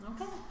Okay